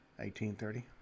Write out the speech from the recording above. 1830